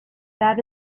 that